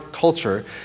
culture